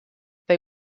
they